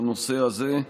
בנושא הזה.